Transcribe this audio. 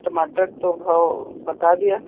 टमाटर तौ भाव बता दिया